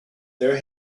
there